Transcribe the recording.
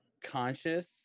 conscious